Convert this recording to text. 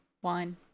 one